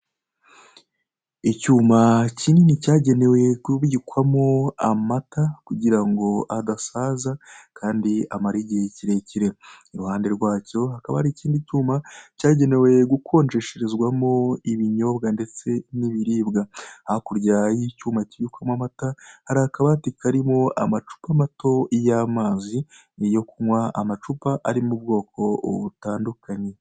Icyuma kinini cyagenewe kubikwamo amata kugira ngo adasaza kandi amare igihe kirekire, iruhande rwacyo hakaba hari ikindi cyuma cyagenewe gukonjesherezwamo ibinyobwa ndetse n'ibiribwa, hakurya y'icyuma cyibikwamo amata hari akabati karimo amacupa mato y'amazi yo kunywa amacupa ari mu bwoko butandukanye.